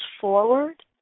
forward